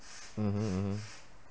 mmhmm mmhmm